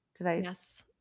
Yes